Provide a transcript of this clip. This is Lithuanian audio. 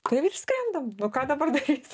tai ir skrendam o ką dabar daryt